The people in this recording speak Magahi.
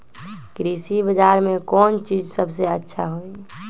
कृषि बजार में कौन चीज सबसे अच्छा होई?